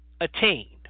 attained